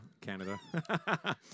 Canada